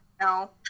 No